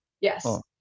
yes